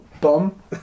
Bum